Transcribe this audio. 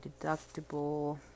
deductible